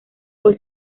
por